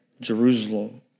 Jerusalem